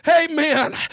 Amen